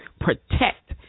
protect